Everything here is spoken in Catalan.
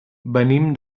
venim